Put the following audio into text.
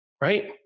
Right